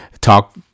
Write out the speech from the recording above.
talk